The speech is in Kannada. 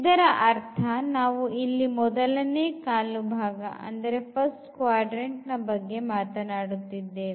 ಇದರ ಅರ್ಥ ನಾವು ಇಲ್ಲಿ ಮೊದಲನೇ ಕಾಲುಭಾಗದ ಬಗ್ಗೆ ಮಾತನಾಡುತ್ತಿದ್ದೇವೆ